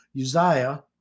Uzziah